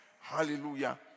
Hallelujah